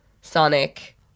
Sonic